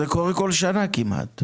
זה קורה כל שנה כמעט.